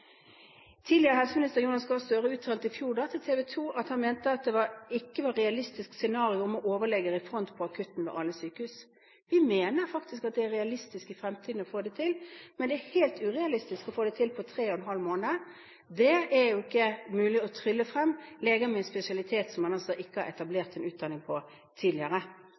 Tidligere helseminister Jonas Gahr Støre uttalte i fjor til TV 2 at han mente det ikke var et realistisk scenario med overleger i front på akutten på alle sykehus. Vi mener faktisk at det er realistisk å få det til i fremtiden, men det er helt urealistisk å få det til på tre og en halv måned. Det er ikke mulig å trylle frem leger med en spesialitet man ikke har etablert en utdanning for, tidligere.